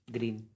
Green